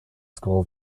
school